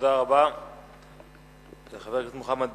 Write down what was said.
תודה רבה לחבר הכנסת מוחמד ברכה.